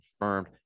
confirmed